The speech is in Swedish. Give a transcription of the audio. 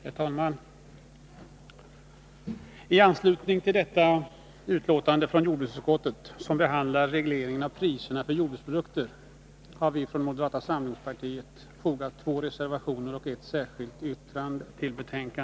Herr talman! Till detta betänkande från jordbruksutskottet, som behandlar reglering av priserna för jordbruksprodukter, har vi från moderata samlingspartiet fogat två reservationer och ett särskilt yttrande.